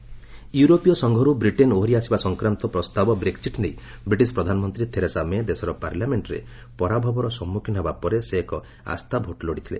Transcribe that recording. UK Brexit ୟୁରୋପୀୟ ସଂଘରୁ Britain ଓହରି ଆସିବା ସଂକ୍ରାନ୍ତ ପ୍ରସ୍ତାବ ବ୍ରେକ୍ଜିଟ୍ ନେଇ ବ୍ରିଟିସ୍ ପ୍ରଧାନମନ୍ତ୍ରୀ ଥେରେସା ମେ ଦେଶର ପାଲାମେଷ୍ଟରେ ପରାଭବର ସମ୍ମୁଖୀନ ହେବା ପରେ ସେ ଏକ ଆସ୍ଥା ଭୋଟ୍ ଲୋଡ଼ିଥିଲେ